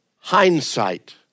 hindsight